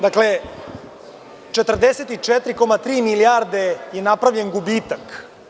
Dakle, 44,3 milijarde je napravljen gubitak.